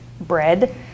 bread